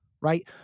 right